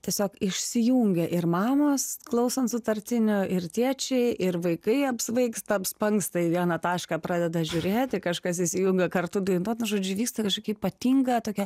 tiesiog išsijungia ir mamos klausant sutartinio ir tėčiai ir vaikai apsvaigsta apspangsta į vieną tašką pradeda žiūrėti kažkas įsijungia kartu dainuot nu žodžiu vyksta kažkokia ypatinga tokia